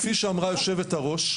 כפי שאמרה יושבת-הראש,